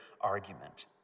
argument